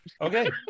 Okay